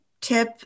tip